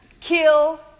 kill